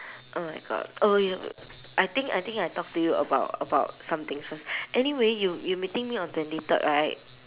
oh my god oh we have I think I think I talk to you about about somethings first anyway you you meeting me on twenty third right